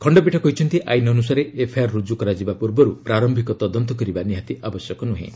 ଖଣ୍ଡପୀଠ କହିଛନ୍ତି ଆଇନ ଅନୁସାରେ ଏଫ୍ଆଇଆର୍ ରୁକୁ କରାଯିବା ପୂର୍ବରୁ ପ୍ରାର୍ୟିକ ତଦନ୍ତ କରିବା ନିହାତି ଆବଶ୍ୟକ ନୁହେଁ